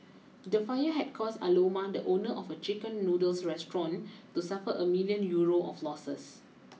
the fire had caused Aloma the owner of a Chicken Noodles restaurant to suffer a million Euro of losses